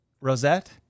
Rosette